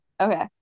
okay